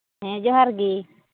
ᱦᱮᱸ ᱡᱚᱦᱟᱨ ᱜᱮ